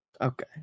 Okay